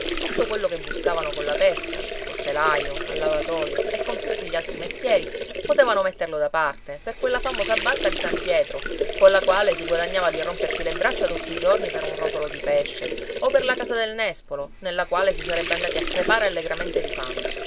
tutto quello che buscavano colla pesca col telaio al lavatoio e con tutti gli altri mestieri potevano metterlo da parte per quella famosa barca di san pietro colla quale si guadagnava di rompersi le braccia tutti i giorni per un rotolo di pesce o per la casa del nespolo nella quale si sarebbe andati a crepare allegramente di fame